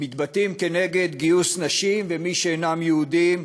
מתבטאים נגד גיוס נשים ומי שאינם יהודים,